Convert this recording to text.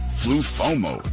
flu-fomo